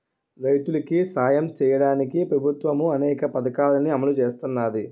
రైతులికి సాయం సెయ్యడానికి ప్రభుత్వము అనేక పథకాలని అమలు సేత్తన్నాది